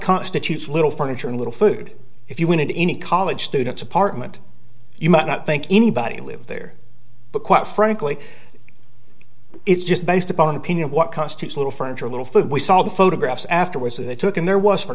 constitutes little furniture and little food if you wanted any college students apartment you might not think anybody live there but quite frankly it's just based upon opinion what constitutes a little furniture a little food we saw the photographs afterwards they took in there was